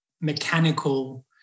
mechanical